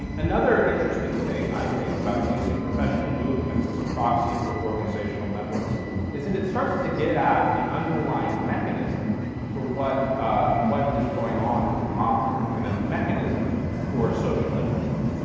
um another interesting thing i think about using professional movements as a proxy for organizational networks is that it starts to get at an underlying mechanism for what ah what is going on with homophily and a mechanism for social influence.